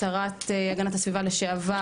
שרת הגנת הסביבה לשעבר,